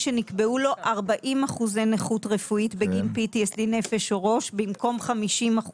שנקבעו לו 40% נכות רפואית בגין PTSD נפש או ראש במקום 50%